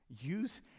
Use